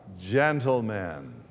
gentlemen